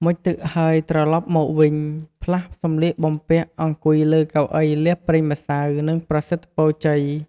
មុជទឹកហើយត្រឡប់មកវិញ ផ្លាស់សំលៀកបំពាក អង្គុយលើកៅអីលាបប្រេងម្សៅ និងប្រសិទ្ធពរជ័យ ។